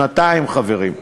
שנתיים, חברים,